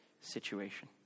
situation